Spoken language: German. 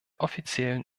offiziellen